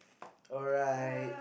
alright